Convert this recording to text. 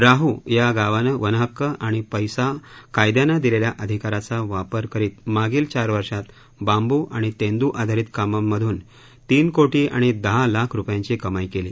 राह या गावाने वनहक्क आणि पैसा कायदयाने दिलेल्या अधिकाराचा वापर करीत मागील चार वर्षात बांब् आणि तेंद् आधारित कामांमधून तीन कोटी आणि दहा लाख रुपयांची कमाई केली